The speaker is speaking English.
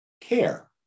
care